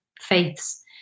faiths